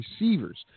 receivers